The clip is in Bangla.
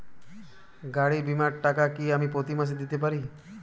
গাড়ী বীমার টাকা কি আমি প্রতি মাসে দিতে পারি?